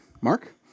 Mark